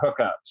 hookups